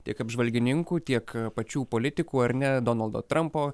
tiek apžvalgininkų tiek pačių politikų ar ne donaldo trampo